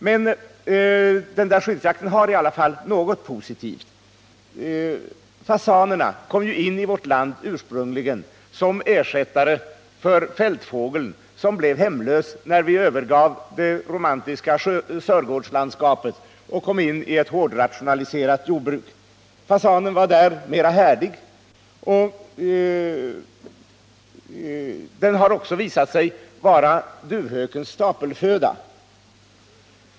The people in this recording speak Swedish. Men skyddsjakten innebär ändå något positivt. Fasanerna kom ursprungligen in i vårt land som ersättare för fältfågeln, som blev hemlös när vi övergav det romantiska Sörgårdslandskapet och införde ett hårdrationaliserat jordbruk. Fasanen var då mera härdig, och den har också visat sig vara duvhökens stapelföda.